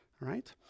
right